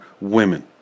women